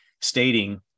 stating